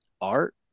art